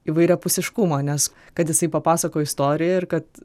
įvairiapusiškumą nes kad jisai papasakojo istoriją ir kad